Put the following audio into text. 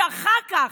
ואחר כך,